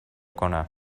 کنم